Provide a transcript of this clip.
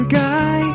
guy